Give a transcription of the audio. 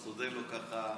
אז תודה לו ככה.